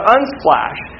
Unsplash